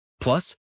Plus